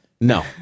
No